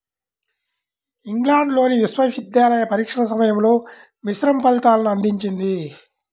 ఇంగ్లాండ్లోని విశ్వవిద్యాలయ పరీక్షల సమయంలో మిశ్రమ ఫలితాలను అందించింది